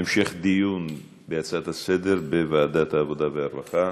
המשך דיון בהצעה לסדר-היום בוועדת העבודה והרווחה.